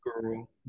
girl